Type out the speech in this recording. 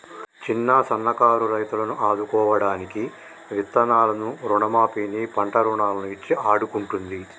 చిన్న సన్న కారు రైతులను ఆదుకోడానికి విత్తనాలను రుణ మాఫీ ని, పంట రుణాలను ఇచ్చి ఆడుకుంటుంది